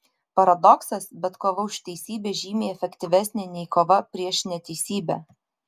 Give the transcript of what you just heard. paradoksas bet kova už teisybę žymiai efektyvesnė nei kova prieš neteisybę